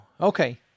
okay